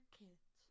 kids